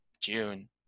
June